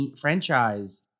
franchise